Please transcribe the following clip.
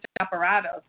apparatus